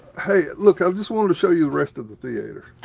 hey look i just wanted to show you the rest of the theatre.